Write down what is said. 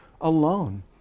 alone